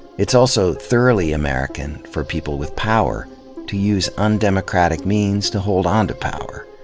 it's also thoroughly american for people with power to use undemocratic means to hold onto power,